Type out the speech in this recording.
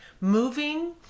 moving